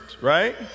right